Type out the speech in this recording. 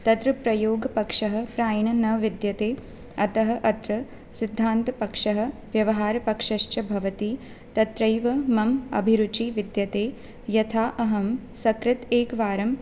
तत्र प्रयोगपक्षः प्रायेण न विद्यते अतः अत्र सिद्धान्तपक्षः व्यवहारपक्षश्च भवति तत्रैव मम अभिरुचिः विद्यते यथा अहं सकृत् एकवारं